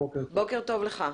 בוקר טוב לך.